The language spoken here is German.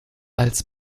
als